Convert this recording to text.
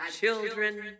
children